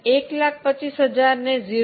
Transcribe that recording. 125000 ને 0